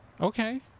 Okay